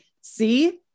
see